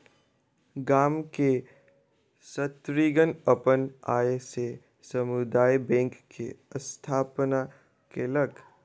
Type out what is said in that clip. गाम के स्त्रीगण अपन आय से समुदाय बैंक के स्थापना केलक